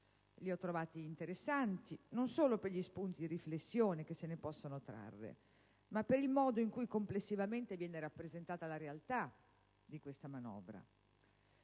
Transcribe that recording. Li ho trovati interessanti, non solo per gli spunti di riflessione che se ne possono trarre, ma per il modo in cui complessivamente viene rappresentata la realtà di questa manovra.